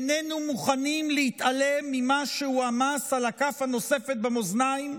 איננו מוכנים להתעלם ממה שהועמס על הכף הנוספת במאזניים.